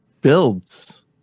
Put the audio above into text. builds